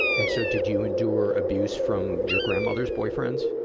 and so, did you endure abuse from your grandmother's boyfriends?